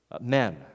men